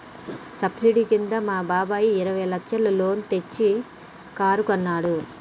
subsidy కింద మా బాబాయ్ ఇరవై లచ్చల లోన్ తెచ్చి కారు కొన్నాడు